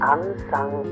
Unsung